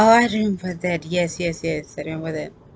oh I remember that yes yes yes I remember that